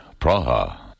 Praha